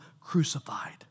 crucified